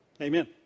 Amen